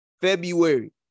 February